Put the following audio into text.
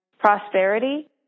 Prosperity